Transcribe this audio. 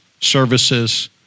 services